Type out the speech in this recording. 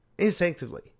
instinctively